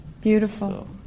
Beautiful